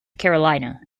carolina